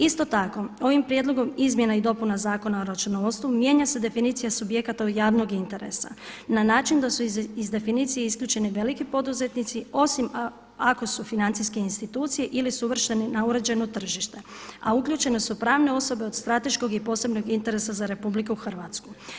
Isto tako ovim prijedlogom izmjena i dopuna Zakona o računovodstvu mijenja se definicija subjekata od javnog interesa na način da su iz definicije isključeni veliki poduzetnici osima ako su financijski institucije ili su uvršteni na uređeno tržište, a uključene su pravne osobe od strateškog i posebnog interesa za RH.